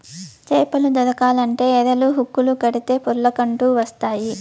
చేపలు దొరకాలంటే ఎరలు, హుక్కులు కడితే పొర్లకంటూ వస్తాయి